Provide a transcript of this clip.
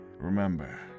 Remember